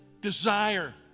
desire